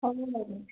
হ'ব বাইদেউ